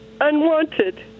unwanted